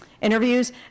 interviews